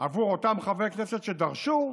עבור אותם חברי כנסת שדרשו,